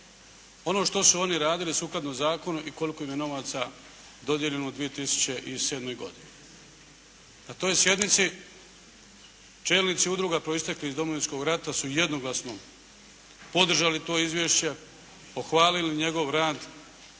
ono što su oni radili sukladno zakonu i koliko im je novaca dodijeljeno u 2007. godini. Na toj sjednici, čelnici udruga proistekli iz Domovinskog rata su jednoglasno podržali to izvješće, pohvalili njegov rad